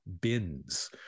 bins